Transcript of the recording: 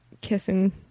kissing